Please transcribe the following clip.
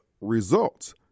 results